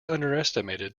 underestimated